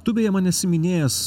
tu beje man esi minėjęs